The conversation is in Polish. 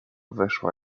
weszła